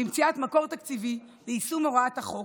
במציאת מקור תקציבי ליישום הוראת החוק,